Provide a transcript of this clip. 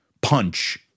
punch